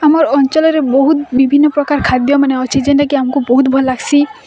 ଆମର୍ ଅଞ୍ଚଲରେ ବୋହୁତ୍ ବିଭିନ୍ନ ପ୍ରକାର୍ ଖାଦ୍ୟମାନେ ଅଛି ଜେନ୍ତାକି ଆମକୁ ବୋହୁତ୍ ଭଲ୍ ଲାଗଶି